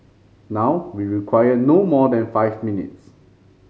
now we require no more than five minutes